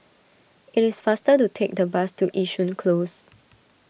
it is faster to take the bus to Yishun Close